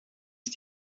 ist